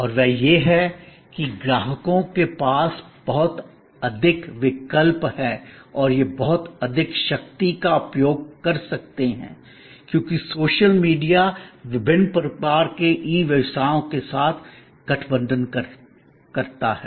और वह यह है कि ग्राहकों के पास बहुत अधिक विकल्प हैं और वे बहुत अधिक शक्ति का उपयोग कर सकते हैं क्योंकि सोशल मीडिया विभिन्न प्रकार के ई व्यवसायों के साथ गठबंधन करता है